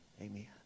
Amen